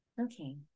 okay